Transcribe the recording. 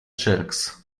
sharks